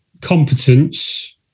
competence